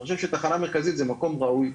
אני חושב שתחנה מרכזית זה מקום ראוי.